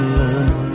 love